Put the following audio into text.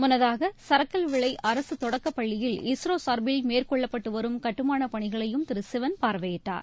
முன்னதாக சரக்கல்விளை அரசு தொடக்கப் பள்ளியில் இஸ்ரோ சார்பில் மேற்கொள்ளப்ட்டு வரும் கட்டுமான பணிகளையும் திரு சிவன் பார்வையிட்டார்